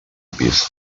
pis